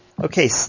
okay